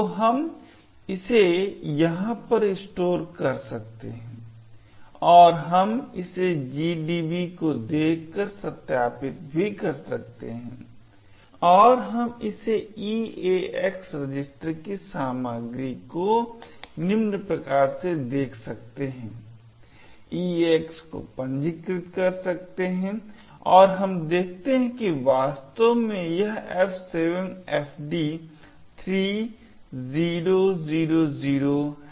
तो हम इसे यहाँ पर स्टोर कर सकते हैं और हम इसे GDB को देखकर सत्यापित भी कर सकते हैं और हम इसे EAX रजिस्टर की सामग्री को निम्न प्रकार से देख सकते हैं EAX को पंजीकृत कर सकते हैं और हम देखते हैं कि वास्तव में यह F7FD3000 है